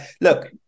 look